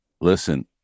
listen